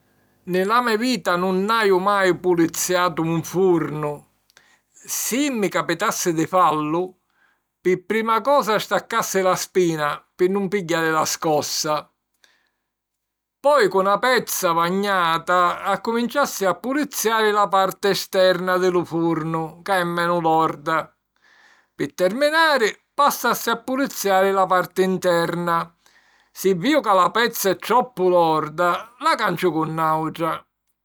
Nni la me vita nun haju mai puliziatu un furnu. Si mi capitassi di fallu, pi prima cosa staccassi la spina pi nun pigghiari la scossa. Poi cu na pezza vagnata accuminciassi a puliziari la parti esterna di lu furnu, ca è menu lorda. Pi terminari, passassi a puliziari la parti interna. Si viju ca la pezza è troppu lorda, la canciu cu nàutra.